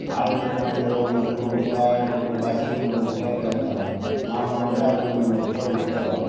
ಆಳು ಇಟ್ಟು ಮಾಡಿದರೆ ಮುನ್ನೂರು ರುಪಾಯಿ ಮೂರು ತಾಸಿಗೆ ಮುನ್ನೂರು ರುಪಾಯಿ ಕೇಳ್ತಾರೆ ನಾವು ಮಾಡಿದ್ರೆ ಅದು ಮುನ್ನೂರು ರುಪಾಯಿ ಉಳಿತಾವ